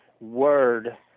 word